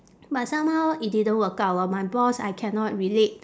but somehow it didn't work out my boss I cannot relate